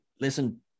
listen